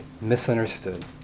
misunderstood